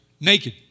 Naked